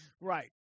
Right